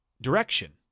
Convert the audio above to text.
direction